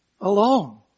alone